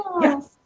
Yes